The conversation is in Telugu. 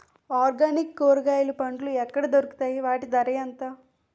ఆర్గనిక్ కూరగాయలు పండ్లు ఎక్కడ దొరుకుతాయి? వాటి ధర ఎంత?